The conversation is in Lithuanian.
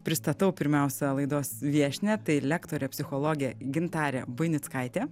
pristatau pirmiausia laidos viešnią tai lektorė psichologė gintarė buinickaitė